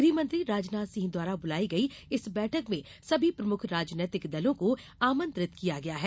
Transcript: गृह मंत्री राजनाथ सिंह द्वारा बुलाई गई इस बैठक में सभी प्रमुख राजनीतिक दलों को आमंत्रित किया गया है